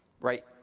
right